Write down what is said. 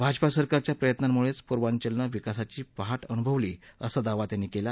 भाजपा सरकारच्या प्रयत्नांमुळेच पूर्वांचलने विकासाची पहाट अनुभवली असा दावा त्यांनी केला